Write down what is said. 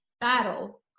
battle